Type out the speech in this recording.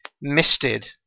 misted